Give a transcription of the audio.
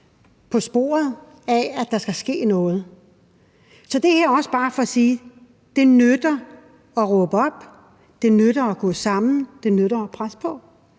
på sporet af, at der skal ske noget. Så det her er også bare for at sige: Det nytter at råbe op, det nytter at gå sammen, det nytter at presse på